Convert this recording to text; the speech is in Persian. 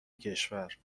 کشور